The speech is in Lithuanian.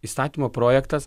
įstatymo projektas